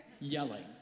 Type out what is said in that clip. yelling